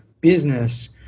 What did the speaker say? business